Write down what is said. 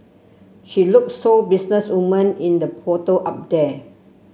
she look so business woman in the photo up there